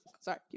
Sorry